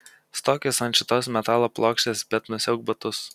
stokis ant šitos metalo plokštės bet nusiauk batus